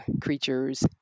creatures